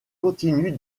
continue